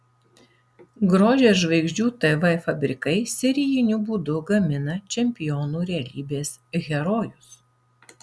grožio ir žvaigždžių tv fabrikai serijiniu būdu gamina čempionų realybės herojus